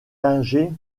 âgé